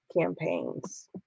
campaigns